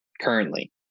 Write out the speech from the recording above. currently